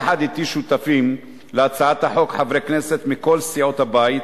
יחד אתי שותפים להצעת החוק חברי כנסת מכל סיעות הבית,